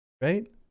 right